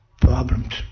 problems